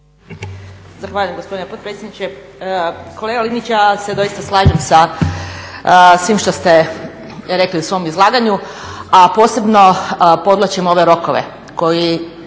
Zahvaljujem gospodine potpredsjedniče. Kolega Linić, ja se doista slažem sa svim što ste rekli u svom izlaganju, a posebno podvlačim ove rokove koji